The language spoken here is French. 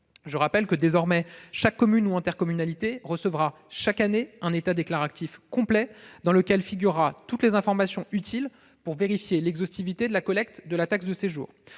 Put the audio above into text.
des plateformes. Désormais, chaque commune ou intercommunalité recevra chaque année un état déclaratif complet, dans lequel figureront toutes les informations utiles pour vérifier l'exhaustivité de la collecte de la taxe de séjour.